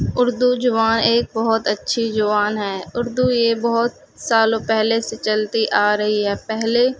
اردو زبان ایک بہت اچھی زبان ہے اردو یہ بہت سالوں پہلے سے چلتی آ رہی ہے پہلے